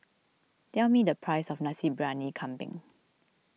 tell me the price of Nasi Briyani Kambing